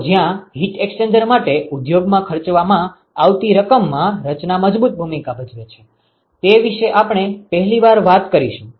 તો જ્યાં heat exchanger માટે ઉદ્યોગમાં ખર્ચવામાં આવતી રકમમાં રચના મજબૂત ભૂમિકા ભજવે છે તે વિશે આપણે પહેલી વાર વાત કરીશું